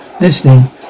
Listening